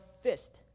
fist